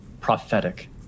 prophetic